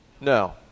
No